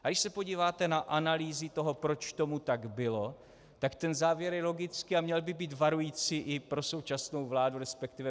A když se podíváte na analýzy toho, proč tomu tak bylo, tak závěr je logický a měl by být varující i pro současnou vládu, resp.